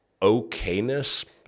okayness